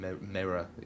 mirror